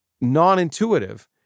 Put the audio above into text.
non-intuitive